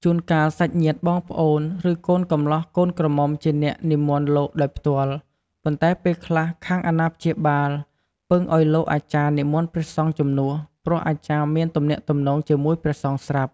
ជួនកាលសាច់ញាតិបងប្អូនឬកូនកម្លោះកូនក្រមុំជាអ្នកនិមន្តលោកដោយផ្ទាល់ ប៉ុន្តែពេលខ្លះខាងអាណាព្យាបាលពឹងឱ្យលោកអាចារ្យនិមន្តព្រះសង្ឃជំនួស ព្រោះអាចារ្យមានទំនាក់ទំនងជាមួយព្រះសង្ឃស្រាប់។